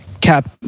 cap